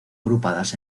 agrupadas